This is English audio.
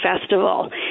Festival